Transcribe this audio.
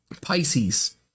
Pisces